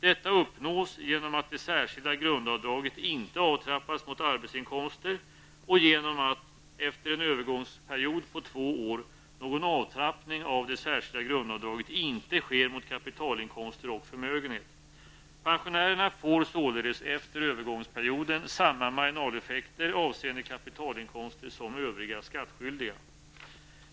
Detta uppnås genom att det särskilda grundavdraget inte avtrappas mot arbetsinkomster och genom att, efter en övergångsperiod på två år, någon avtrappning av SGA inte sker mot kapitalinkomster och förmögenhet. Pensionärerna får således efter övergångsperioden samma marginaleffekter avseende kapitalinkomster som övriga skattskyldiga.